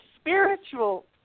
spiritual